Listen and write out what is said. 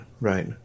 right